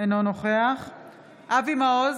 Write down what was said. אינו נוכח אבי מעוז,